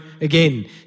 again